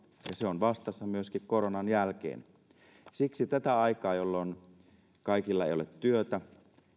se on vastassa myöskin koronan jälkeen siksi tätä aikaa jolloin kaikilla ei ole työtä